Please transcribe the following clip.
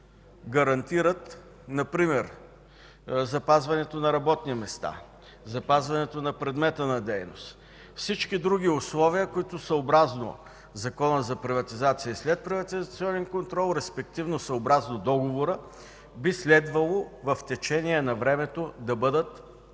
гарантират например запазването на работни места, запазването предмета на дейност. Всички други условия, съобразно Закона за приватизация и следприватизационен контрол, респективно съобразно договора, би следвало в течение на времето да бъдат